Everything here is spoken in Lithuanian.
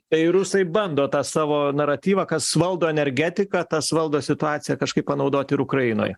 tai rusai bando tą savo naratyvą kas valdo energetiką tas valdo situaciją kažkaip panaudoti ir ukrainoj